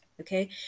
okay